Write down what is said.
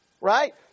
Right